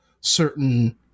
certain